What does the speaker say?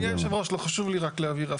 אדוני יושב הראש, חשוב לי רק להבהיר.